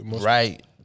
right